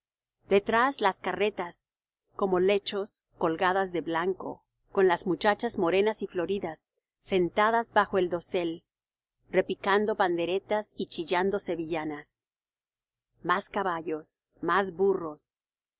detrás las carretas como lechos colgadas de blanco con las muchachas morenas y floridas sentadas bajo el dosel repicando panderetas y chillando sevillanas más caballos más burros